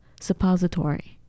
suppository